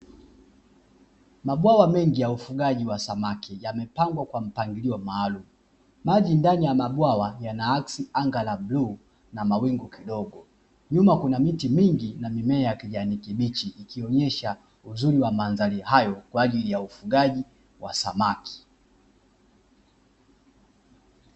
Mabwawa mengi ya ufugaji wa samaki yamepangwa kwa mpangilio maalumu, maji ndani ya mabwawa yana akisi anga rangi ya bluu na mawingu kidogo, nyuma kuna miti mingi na mimea ya kijani kibichi ikionyesha uzuri wa mandhari hayo kwa ajili ya ufugaji wa samaki.